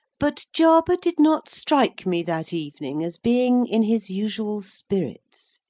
but jarber did not strike me, that evening, as being in his usual spirits.